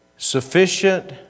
Sufficient